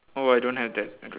oh I don't have that I don~